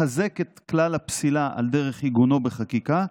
לחזק את כלל הפסילה על דרך עיגונו בחקיקה,